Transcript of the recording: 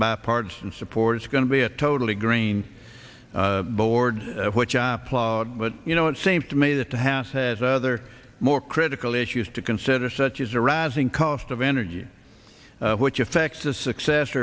bipartisan support it's going to be a totally green board which i applaud but you know it seems to me that the house has other more critical issues to consider such as a rising cost of energy which affects the success